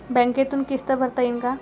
बँकेतून किस्त भरता येईन का?